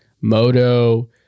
Moto